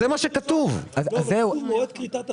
כתוב מועד כריתת החוזה,